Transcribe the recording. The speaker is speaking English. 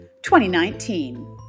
2019